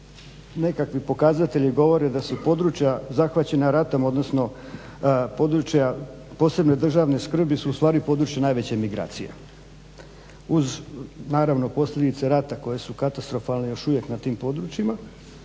Nekakvi pokazatelji govore da su područja zahvaćena ratom, odnosno područja posebne državne skrbi su ustvari područja najveće migracije. Uz naravno posljedice rata koje su katastrofalne još uvijek na tim područjima,